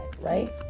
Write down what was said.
right